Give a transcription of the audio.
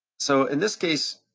so in this case,